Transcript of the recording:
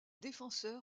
défenseur